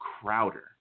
Crowder